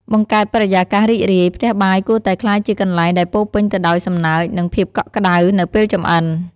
បង្កើតបរិយាកាសរីករាយ ផ្ទះបាយគួរតែក្លាយជាកន្លែងដែលពោរពេញទៅដោយសំណើច និងភាពកក់ក្ដៅនៅពេលចម្អិន ។